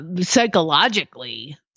psychologically